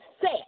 set